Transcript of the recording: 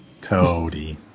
Cody